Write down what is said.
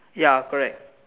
ya correct